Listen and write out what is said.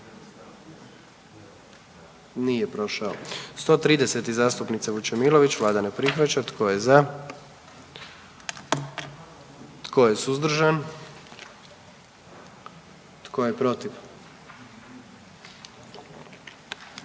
44. Kluba zastupnika SDP-a, vlada ne prihvaća. Tko je za? Tko je suzdržan? Tko je protiv?